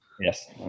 Yes